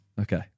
Okay